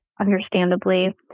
understandably